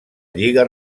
lliga